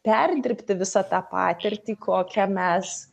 perdirbti visą tą patirtį kokią mes